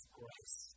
grace